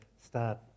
start